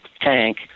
tank